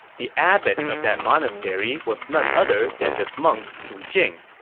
the abbot of that monastery was none other than this monk, pu jing.